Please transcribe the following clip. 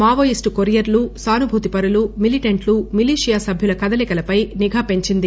Maoist కొరియర్లు సానుభూతిపరులు మిలిటెంట్లు మిలీపియా సభ్యుల కదలికలపై నిఘా పెంచింది